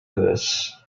this